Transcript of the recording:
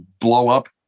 blow-up